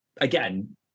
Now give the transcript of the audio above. Again